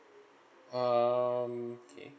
um K